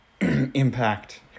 impact